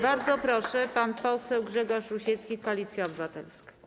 Bardzo proszę, pan poseł Grzegorz Rusiecki, Koalicja Obywatelska.